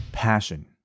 passion